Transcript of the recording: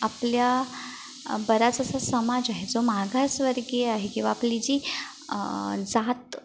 आपल्या बराच असा समाज आहे जो मागासवर्गीय आहे किंवा आपली जी जात